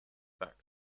fact